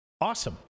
awesome